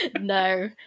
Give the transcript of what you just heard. No